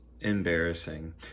embarrassing